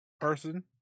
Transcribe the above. person